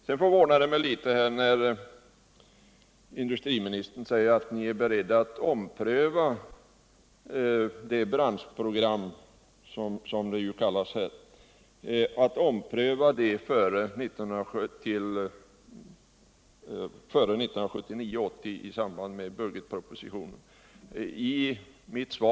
Det förvånade mig att industriministern sade att regeringen är beredd att ompröva det s.k. branschprogrammet före framläggandet av budgetpropositionen 1979/80.